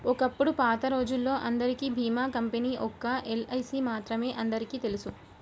ఒకప్పుడు పాతరోజుల్లో అందరికీ భీమా కంపెనీ ఒక్క ఎల్ఐసీ మాత్రమే అందరికీ తెలుసు